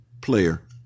player